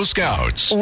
Scouts